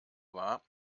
war